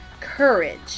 courage